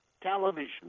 television